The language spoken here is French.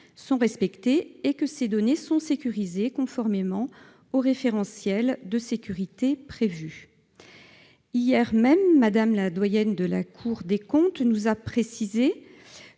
sont respectés et que ses données sont sécurisées conformément aux référentiels prévus. Hier, Mme la doyenne de la Cour des comptes nous a précisé